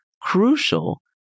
crucial